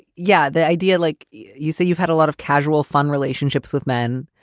yeah, the idea like you say, you've had a lot of casual fun relationships with men.